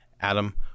Adam